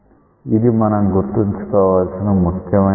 ఇది మనం గుర్తుంచుకోవాల్సిన ముఖ్యమైన విషయం